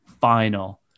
Final